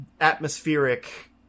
atmospheric